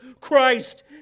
Christ